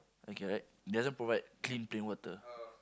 okay right doesn't provide clean plain water